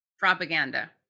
Propaganda